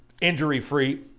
injury-free